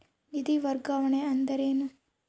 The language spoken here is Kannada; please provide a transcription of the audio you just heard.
ನಿಧಿ ವರ್ಗಾವಣೆ ಅಂದರೆ ಏನು?